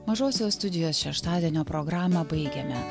mažosios studijos šeštadienio programą baigėme